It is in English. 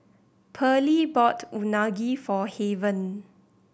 Pearly bought Unagi for Haven